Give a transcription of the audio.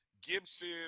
Gibson